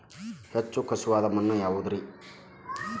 ಹೆಚ್ಚು ಖಸುವಾದ ಮಣ್ಣು ಯಾವುದು ರಿ?